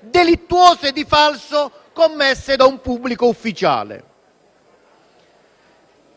delittuose di falso commesse da un pubblico ufficiale.